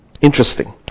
interesting